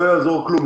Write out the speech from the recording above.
לא יעזור כלום,